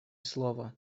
словами